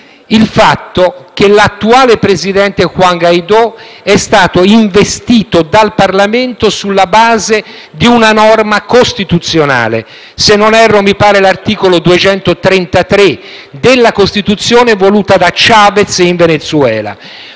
il fatto che l'attuale presidente Juan Guaidó è stato investito dal Parlamento sulla base di una norma costituzionale, se non erro, mi pare l'articolo 233 della Costituzione voluta da Chávez in Venezuela.